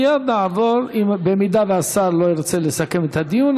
ואם השר לא ירצה לסכם את הדיון,